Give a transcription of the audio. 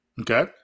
Okay